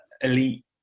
elite